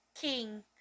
king